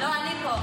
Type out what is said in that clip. לא, אני פה.